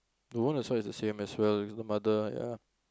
the one I saw is the same as well with the mother ya